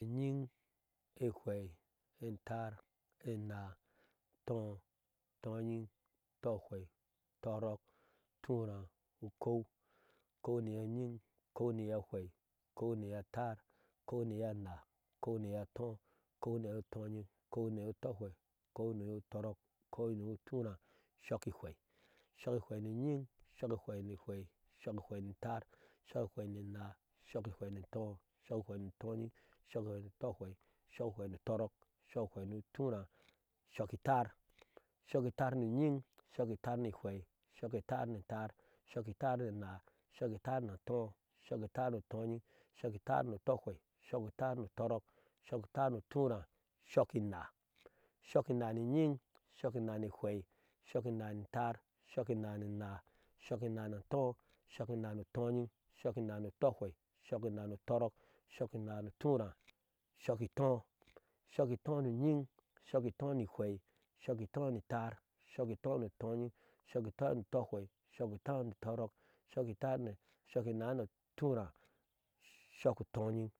Yin, ephei, entar, enah, ento, toyin, tophei, torok, turah, ukou, kouniyoyin, kouniyophie, kounyotar, kounyonah kouniyotoh kouniyotoyin, kounyiyotophai kouniyotorok kouniyaturah sokphai sokiphaniyo yid sokiphainaphai sokiphainatar sokipaunanah, sokiphainatoh sokiphainutoyin sokiphainutophai, sokiphainutorok sokiphainutorah sokitar sokitarna yid soktarnaphai sokitarnutar sokitarnanah, sokitarnutoh, sokitarnutoyin sokitarnutophia, sokitarnutorok, sokitarnutorah sokinah sokinaniyid, sokinanaphai sokinanatar sokinananah sakinanatoo, sokinanutoyin soki nanutophia sokinanutorok, sokinanu turah sokitao sokitoniyid sokitomphai, sokitonitar sokitoninah sokitonitoo sokitoyin sakito untee tophai, sokitonitorok sokitonitorah, sokisokinah sokinayid sokinanaphai sokinanatar, sokinananah, sokinanatoo sokinanutoyin sokinanutophai sokitomtar, sokininah sokitonitoo sokinitoyin sokitontophai, sokitonitorok, sokitonitorah sokitoyin